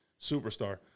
superstar